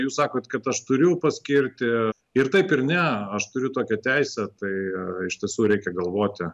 jūs sakot kad aš turiu paskirti ir taip ir ne aš turiu tokią teisę tai iš tiesų reikia galvoti